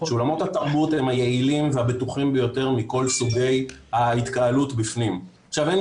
שאולמות התרבות הם היעילים והבטוחים ביותר מכל סוגי ההתקהלות בפנים.